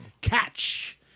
Catch